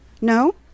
No